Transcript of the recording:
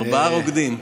ארבעה רוקדים.